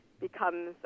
becomes